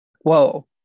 Whoa